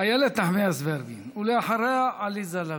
איילת נחמיאס ורבין, ואחריה, עליזה לביא.